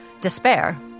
despair